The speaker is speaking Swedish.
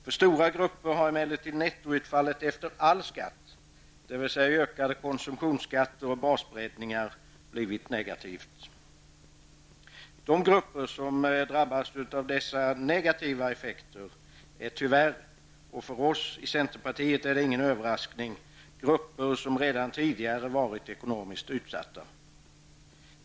För stora grupper har emellertid nettoutfallet efter all skatt -- dvs. ökade konsumtionsskatter och basbreddningar -- blivit negativt. De grupper som drabbas av dessa negativa effekter är tyvärr -- och för oss i centern är det ingen överraskning -- grupper som redan tidigare varit ekonomisk utsatta.